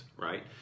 right